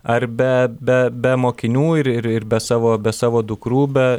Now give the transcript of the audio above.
ar be be be mokinių ir ir be savo be savo dukrų